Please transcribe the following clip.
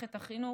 מערכת החינוך,